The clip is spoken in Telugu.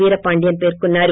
వీరపాండియన్ పేర్కొన్నారు